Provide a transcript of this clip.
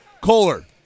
Kohler